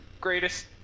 greatest